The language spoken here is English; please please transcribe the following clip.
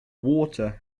water